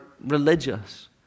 religious